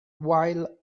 while